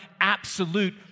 absolute